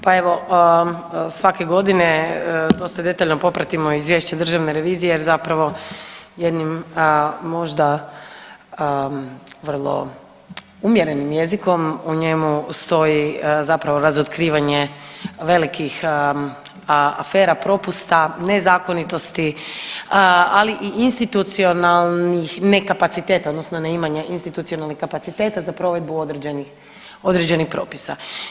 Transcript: Pa evo, svake godine dosta detaljno popratimo Izvješće državne revizije jer zapravo jednim možda vrlo umjerenim jezikom, u njemu stoji zapravo razotkrivanje velikih afera propusta, nezakonitosti, ali i institucionalnih ne kapacitete odnosno neimanja institucionalnih kapaciteta za provedbu određenih propisa.